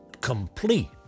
complete